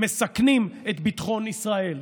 מסכן את ביטחון ישראל.